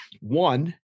One